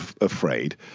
afraid